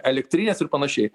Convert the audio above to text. elektrines ir panašiai